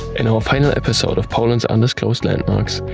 in our final episode of poland's undisclosed landmarks,